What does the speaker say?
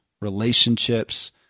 relationships